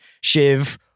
Shiv